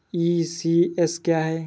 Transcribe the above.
ECS क्या है?